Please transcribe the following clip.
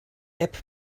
app